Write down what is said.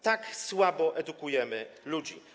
Tak słabo edukujemy ludzi.